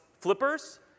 flippers